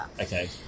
Okay